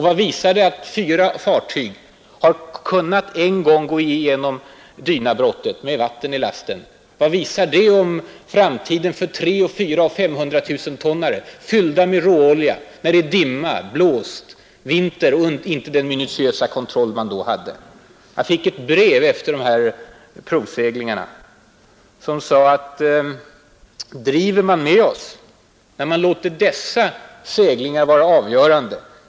Att fartyg en gång har kunnat gå igenom Dynabrottet med vatten i lasten — vad visar det om framtiden och vad som kan hända med 300 000-, 400 000 och 500 000-tonnare, fyllda med råolja när det är dimma, blåst, vinter och inte den minutiösa kontroll man nu hade? Jag fick ett brev efter provseglingarna där brevskrivaren sade: ”Driver man med oss när man låter dessa seglingar vara avgörande?